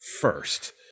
first